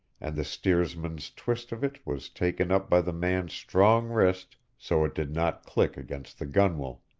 and the steersman's twist of it was taken up by the man's strong wrist so it did not click against the gunwale